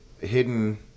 hidden